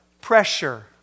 Pressure